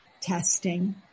testing